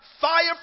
fire